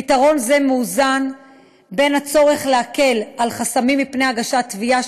פתרון זה מאזן בין הצורך להקל את החסמים שבפני הגשת תביעות